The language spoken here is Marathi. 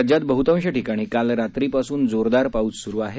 राज्यात बहुतांश ठिकाणी काल रात्रीपासून जोरदार पाऊस सुरु आहे